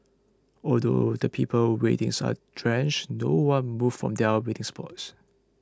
although the people waiting sir are drenched no one moved from their waiting spots